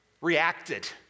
reacted